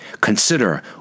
Consider